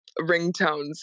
ringtones